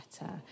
better